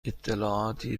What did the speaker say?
اطلاعاتی